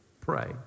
pray